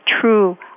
true